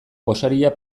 gosaria